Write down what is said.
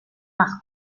más